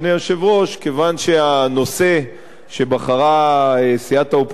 כיוון שהנושא שבחרה סיעת האופוזיציה הראשית,